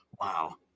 wow